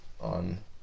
on